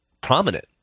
prominent